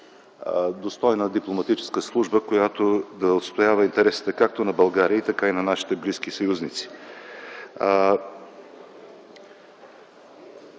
достойна дипломатическа служба, която отстоява интересите както на България, така и на нашите близки съюзници.